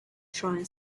shrine